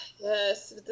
Yes